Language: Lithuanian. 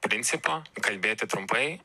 principo kalbėti trumpai